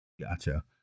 Gotcha